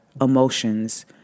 emotions